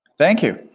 thank you.